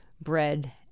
bread